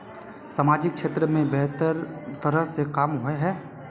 सामाजिक क्षेत्र में बेहतर तरह के काम होय है?